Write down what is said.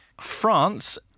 France